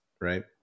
right